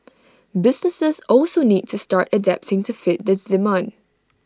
businesses also need to start adapting to fit this demand